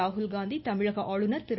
ராகுல்காந்தி தமிழக ஆளுநர் திரு